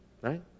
Right